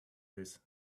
this